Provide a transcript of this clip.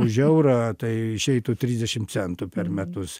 už eurą tai išeitų trisdešim centų per metus